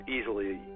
easily